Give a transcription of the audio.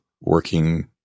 working